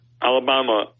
Alabama